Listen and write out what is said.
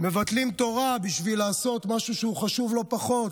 מבטלים תורה בשביל לעשות משהו שהוא חשוב לא פחות,